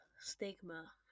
stigma